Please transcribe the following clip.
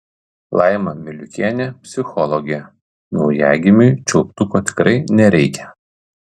laima miliukienė psichologė naujagimiui čiulptuko tikrai nereikia